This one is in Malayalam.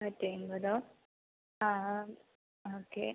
നൂറ്റിയൻപതോ ആ ആ ഓക്കെ